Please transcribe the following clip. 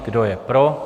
Kdo je pro?